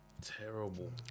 Terrible